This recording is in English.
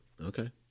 Okay